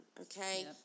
Okay